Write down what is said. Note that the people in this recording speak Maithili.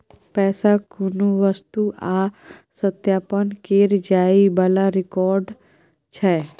पैसा कुनु वस्तु आ सत्यापन केर जाइ बला रिकॉर्ड छै